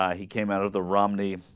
ah he came out of the romney